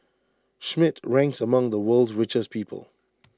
Schmidt ranks among the world's richest people